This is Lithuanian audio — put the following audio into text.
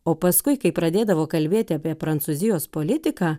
o paskui kai pradėdavo kalbėti apie prancūzijos politiką